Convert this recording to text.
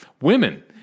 Women